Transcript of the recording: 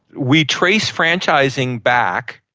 we trace franchising back,